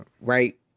Right